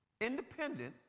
independent